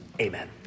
Amen